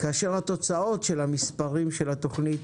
כאשר התוצאות של התוכנית,